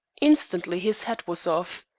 instantly his hat was off.